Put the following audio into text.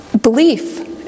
belief